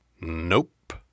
nope